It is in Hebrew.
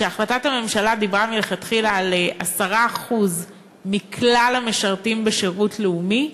החלטת הממשלה דיברה מלכתחילה על 10% מכלל המשרתים בשירות הלאומי,